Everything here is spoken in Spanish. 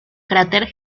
cráter